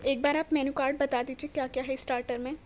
ایک بار آپ مینو کارڈ بتا دیجیے کیا کیا ہے اسٹارٹر میں